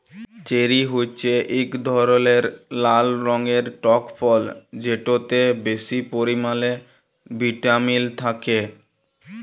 cherry হছে ইক ধরলের লাল রঙের টক ফল যেটতে বেশি পরিমালে ভিটামিল থ্যাকে